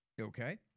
Okay